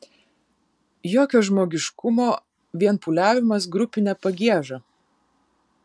jokio žmogiškumo vien pūliavimas grupine pagieža